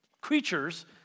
creatures